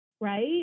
Right